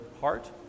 heart